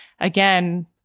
again